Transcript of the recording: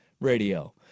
radio